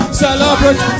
celebrate